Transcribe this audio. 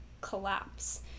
collapse